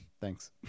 Thanks